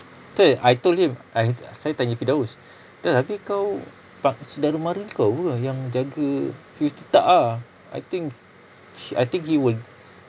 itu I told him I saya tanya firdaus dah habis kau pak saudara-mara kau pun yang jaga fift~ tak ah I think he will